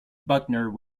buckner